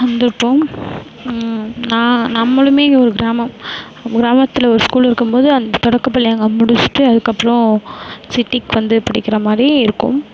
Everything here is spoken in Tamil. வந்திர்ப்போம் நா நம்மளுமே இங்கே ஒரு கிராமம் இப்போ ஒரு கிராமத்தில் ஒரு ஸ்கூல் இருக்கும்போது அந்த தொடக்கப்பள்ளி அங்கே முடிச்ட்டு அதுக்கப்புறோம் சிட்டிக்கு வந்து படிக்கிற மாதிரி இருக்கும்